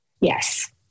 Yes